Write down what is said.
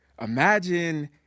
imagine